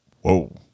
Whoa